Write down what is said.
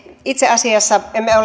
itse asiassa minä en